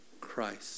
Christ